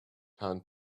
can